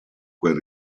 quel